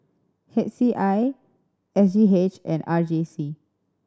H C I S G H and R J C